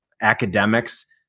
academics